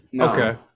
Okay